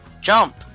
jump